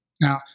Now